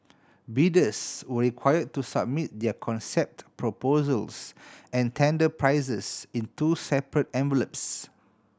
bidders were require to submit their concept proposals and tender prices in two separate envelopes